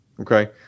Okay